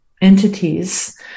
entities